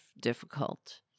difficult